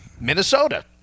Minnesota